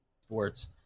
sports